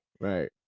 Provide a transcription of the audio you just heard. Right